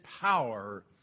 power